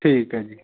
ਠੀਕ ਆ ਜੀ